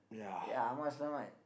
ya my stomach